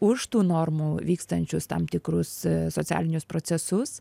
už tų normų vykstančius tam tikrus socialinius procesus